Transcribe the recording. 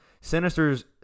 Sinister's